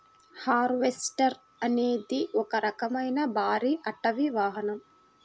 harvester అనేది ఒక రకమైన భారీ అటవీ వాహనం